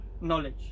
Knowledge